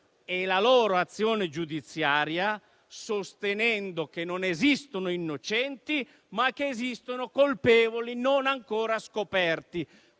e la loro azione giudiziaria sostenendo che non esistono innocenti, ma colpevoli non ancora scoperti.